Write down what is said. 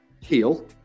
heal